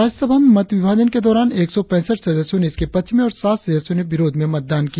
राज्यसभा में मत विभाजन के दौरान एक सौ पैसठ सदस्यों ने इसके पक्ष में और सात सदस्यों ने विरोध में मतदान किया